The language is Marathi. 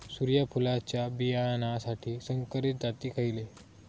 सूर्यफुलाच्या बियानासाठी संकरित जाती खयले?